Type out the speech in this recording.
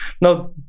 Now